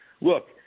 look